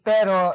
Pero